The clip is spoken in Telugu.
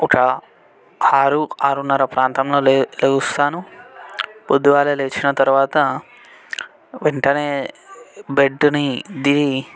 ఒక ఆరు ఆరున్నర ప్రాంతంలో లే లేస్తాను పొద్దుగాలే లేచిన తరువాత వెంటనే బెడ్ని దిగి